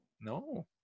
No